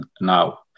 now